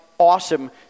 awesome